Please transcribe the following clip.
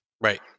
Right